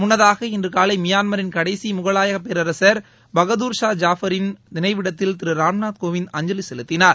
முன்னதாக இன்று காலை மியான்மரின் கடைசி முகலாய பேரரசர் பகதூர் ஷா ஜாபரின் நினைவிடத்தில் திரு ராம்நாத்கோவிந்த் அஞ்சலி செலுத்தினார்